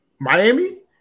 Miami